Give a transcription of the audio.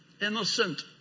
innocent